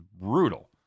brutal